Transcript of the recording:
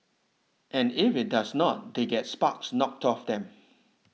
and if it does not they get sparks knocked off them